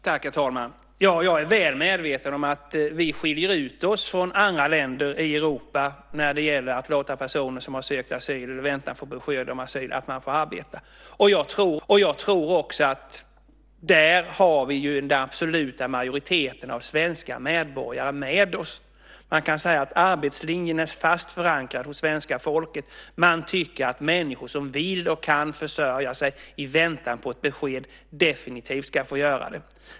Herr talman! Ja, jag är väl medveten om att vi skiljer ut oss från andra länder i Europa när det gäller att låta personer som har sökt och väntar på besked om asyl arbeta. Jag tror också att vi där har den absoluta majoriteten av de svenska medborgarna med oss. Man kan säga att arbetslinjen är fast förankrad hos svenska folket. Man tycker att människor som vill och kan försörja sig i väntan på ett besked definitivt ska få göra det.